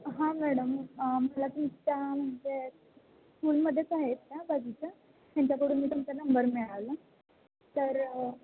हां मॅडम मला तुमच्या म्हणजे स्कूलमध्येच आहेत त्या बाजूच्या त्यांच्याकडून मी तुमचा नंबर मिळाला तर